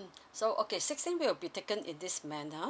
mm so okay sixteen week will be taken in this manner